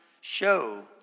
show